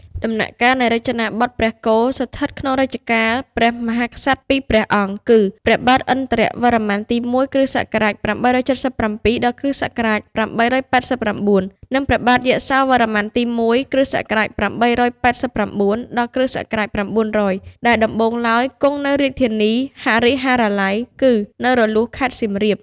ដំណាក់កាលនៃរចនាបថព្រះគោ ស្ថិតក្នុងរជ្ជកាលរបស់ព្រះមហាក្សត្រពីរព្រះ អង្គគឺ ព្រះបាទឥន្ទ្រវរ្ម័នទី១ គ.ស. ៨៧៧ ដល់គ.ស. ៨៨៩ និងព្រះបាទយសោវរ្ម័ន ទី ១ គ.ស.៨៨៩ ដល់គ.ស. ៩០០ ដែលដំបូងឡើយគង់នៅរាជធានីហរិហរាល័យ គឺនៅរលួសខេត្តសៀមរាប។